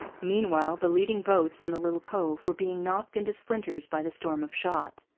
meanwhile the leading boats in the little cove were being knocked into splinters by the storm of shot.